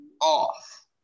off